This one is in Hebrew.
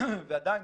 ועדיין